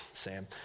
Sam